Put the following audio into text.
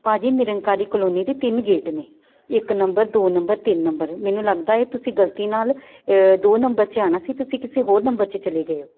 ਭਾਅ ਜੀ ਨਿਰੰਕਾਰੀ ਕਲੋਨੀ ਦੇ ਤਿੰਨ ਗੇਟ ਨੇ ਇੱਕ ਨੰਬਰ ਦੋ ਨੰਬਰ ਤਿੰਨ ਨੰਬਰ ਮੈਨੂੰ ਲੱਗਦਾ ਹੈ ਤੁਸੀਂ ਗਲਤੀ ਨਾਲ ਦੋ ਨੰਬਰ 'ਚ ਆਉਣਾ ਸੀ ਤੁਸੀਂ ਕਿਸੇ ਹੋਰ ਨੰਬਰ 'ਚ ਚਲੇ ਗਏ ਹੋ